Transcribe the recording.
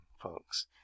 folks